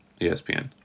ESPN